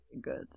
good